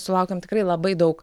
sulaukiam tikrai labai daug